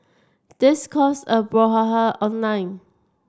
this caused a brouhaha online